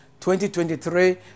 2023